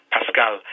Pascal